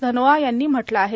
धनोआ यांनी म्हटलं आहे